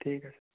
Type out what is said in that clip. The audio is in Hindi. ठीक है